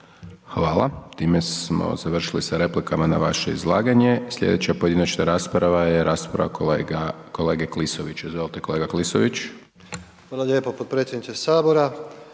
Hvala. Time smo završili sa replikama na vaše izlaganje. Slijedeća pojedinačna rasprava je rasprava kolega, kolege Klisovića, izvolite kolega Klisović. **Klisović, Joško